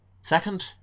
Second